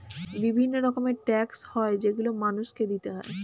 বিভিন্ন রকমের ট্যাক্স হয় যেগুলো মানুষকে দিতে হয়